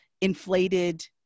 inflated